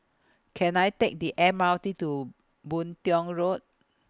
Can I Take The M R T to Boon Tiong Road